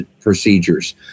procedures